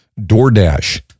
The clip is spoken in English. DoorDash